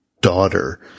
daughter